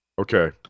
Okay